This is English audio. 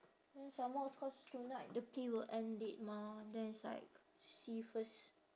then some more cause tonight the pay will end late mah then it's like see first